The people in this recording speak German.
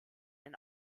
ein